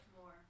more